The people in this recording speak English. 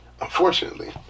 Unfortunately